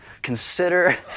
Consider